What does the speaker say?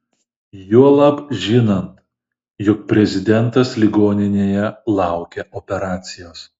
juolab žinant jog prezidentas ligoninėje laukia operacijos